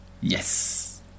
Yes